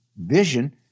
vision